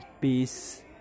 peace